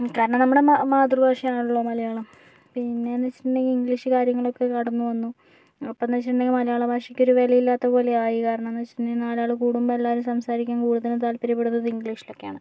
കാരണം നമ്മുടെ മാ മാതൃഭാഷയാണല്ലോ മലയാളം പിന്നേന്നു വെച്ചിട്ടുണ്ടെങ്കിൽ ഇംഗ്ലീഷ് കാര്യങ്ങളിലേക്ക് കടന്നു വന്നു അപ്പോന്നു വെച്ചിട്ടുണ്ടെങ്കിൽ മലയാള ഭാഷക്കൊരു വിലയില്ലാത്ത പോലെയായി കാരണെന്താന്നു വെച്ചിട്ടുണ്ടെങ്കിൽ നാലാളു കൂടുമ്പോൾ എല്ലാവരും സംസാരിക്കാൻ കൂടുതലും താൽപര്യപ്പെടുന്നത് ഇംഗ്ലീഷിലൊക്കെയാണ്